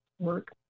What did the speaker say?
Work